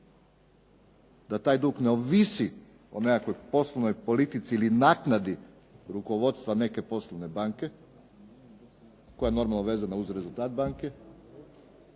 da taj dug ne ovisi o nekakvoj poslovnoj politici ili naknadi rukovodstva neke poslovne banke koja je normalno vezana uz rezultat banke